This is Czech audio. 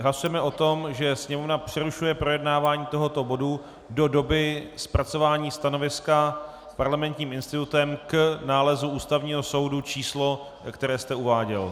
Hlasujeme o tom, že Sněmovna přerušuje projednávání tohoto bodu do doby zpracování stanoviska Parlamentním institutem k nálezu Ústavního soudu číslo, které jste uváděl.